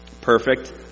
perfect